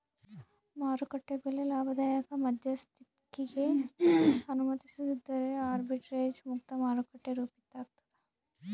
ಮಾರುಕಟ್ಟೆ ಬೆಲೆ ಲಾಭದಾಯಕ ಮಧ್ಯಸ್ಥಿಕಿಗೆ ಅನುಮತಿಸದಿದ್ದರೆ ಆರ್ಬಿಟ್ರೇಜ್ ಮುಕ್ತ ಮಾರುಕಟ್ಟೆ ರೂಪಿತಾಗ್ತದ